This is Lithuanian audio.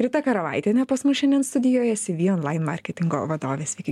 rita karavaitienė pas mus šiandien studijoje esi cvonline marketingo vadovė sveiki